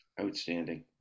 Outstanding